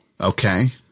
Okay